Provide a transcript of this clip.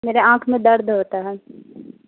میرے آنکھ میں درد ہوتا ہے